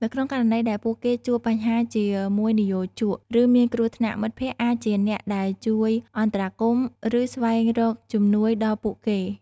នៅក្នុងករណីដែលពួកគេជួបបញ្ហាជាមួយនិយោជក ឬមានគ្រោះថ្នាក់ មិត្តភក្តិអាចជាអ្នកដែលជួយអន្តរាគមន៍ ឬស្វែងរកជំនួយដល់ពួកគេ ។